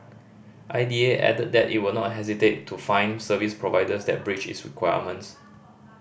I D A added that it will not hesitate to fine service providers that breach its requirements